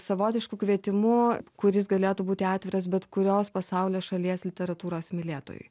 savotišku kvietimu kuris galėtų būti atviras bet kurios pasaulio šalies literatūros mylėtojui